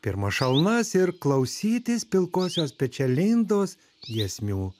pirmas šalnas ir klausytis pilkosios pečialindos giesmių